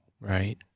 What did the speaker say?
Right